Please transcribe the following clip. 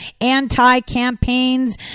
anti-campaigns